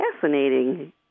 fascinating